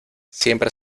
siempre